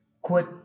quit